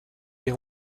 des